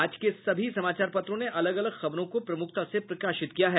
आज के सभी समाचार पत्रों ने अलग अलग खबरों को प्रमुखता से प्रकाशित किया है